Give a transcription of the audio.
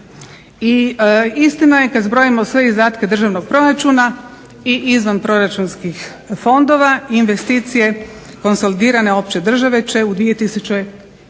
i istina je kad zbrojimo sve izdatke državnog proračuna i izvanproračunskih fondova i investicije konsolidirane opće države će u 2012.